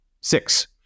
six